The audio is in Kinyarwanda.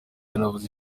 yanavuze